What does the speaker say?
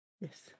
Yes